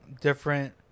different